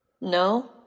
No